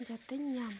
ᱡᱟᱛᱮᱧ ᱧᱟᱢ